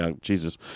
Jesus